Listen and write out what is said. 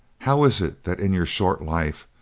how is it that in your short life,